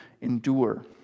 endure